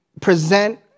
present